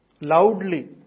loudly